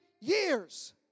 years